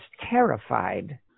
terrified